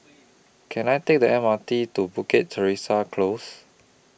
Can I Take The M R T to Bukit Teresa Close